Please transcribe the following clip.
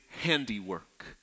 handiwork